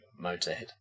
Motorhead